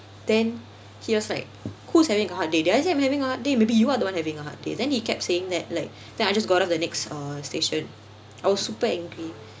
then he was like who's having a hard day did I say I'm having a hard day maybe you are the one having a hard day then he kept saying that like then I just got off the next uh station I was super angry